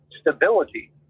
stability